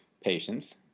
patients